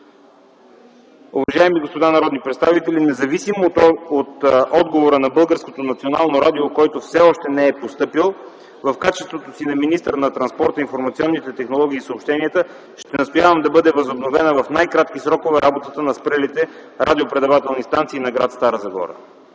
Уважаеми господа народни представители, независимо от отговора на Българското национално радио, който все още не е постъпил, в качеството си на министър на транспорта, информационните технологии и съобщенията ще настоявам да бъде възобновена в най-кратки срокове работата на спрелите радиопредавателни станции на гр. Стара Загора.